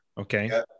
Okay